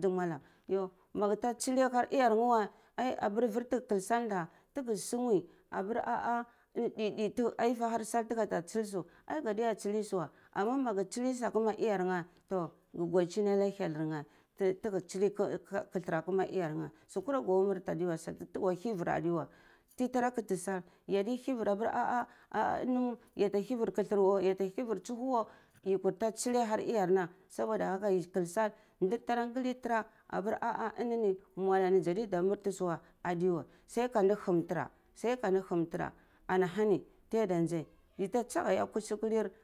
zi mwala yhu ma gata tsule aka iyar ne weh ai apir vur tigeh kal sal nda taga sungwe apir ah ah ini didi ai ayi ahar sal taga ta tsur su ai gadiya ta tsuli su weh ama maga tsule su a kama iyar neh toh ga gauchini ana ilyelir neh tigeh tsili ka kathar akama iyar ne su kuru gwu murti ade weh su kuru gwa hivir adewo toh ti tara katisal yadi hivu apiri ah ah ah ah yata hivir kathat wuh yata hivir thusuhwe yi kuta tsili ahar iyar na saboda haka yi kal sal ndi tara ngali tara apir ah ah mwalini zadai da murti su weh adewai sai kadi hmm tura sai kadi humm tira ana hani tiyada nzai yita saga ka a kuskure.